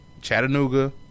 Chattanooga